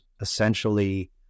essentially